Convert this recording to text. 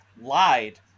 lied